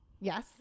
Yes